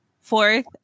Fourth